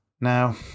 Now